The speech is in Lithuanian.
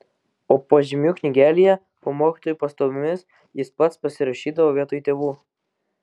o pažymių knygelėje po mokytojų pastabomis jis pats pasirašydavo vietoj tėvų